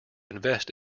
invest